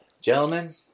Gentlemen